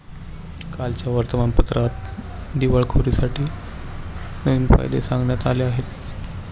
कालच्या वर्तमानपत्रात दिवाळखोरीसाठी नवीन कायदे सांगण्यात आले आहेत